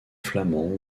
flamands